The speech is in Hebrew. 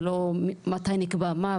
לא על מתי נקבע מה.